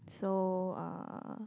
so uh